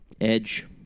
Edge